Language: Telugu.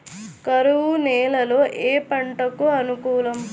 కరువు నేలలో ఏ పంటకు అనుకూలం?